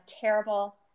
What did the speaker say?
terrible